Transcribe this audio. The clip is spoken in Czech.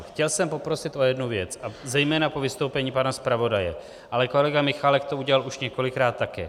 Chtěl jsem poprosit o jednu věc, a zejména po vystoupení pana zpravodaje, ale kolega Michálek to udělal už několikrát také.